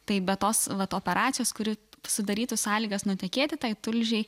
taip be tos vat operacijos kuri sudarytų sąlygas nutekėti tai tulžiai